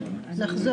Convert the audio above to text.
אני לא מסכים.